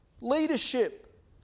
leadership